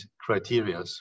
criteria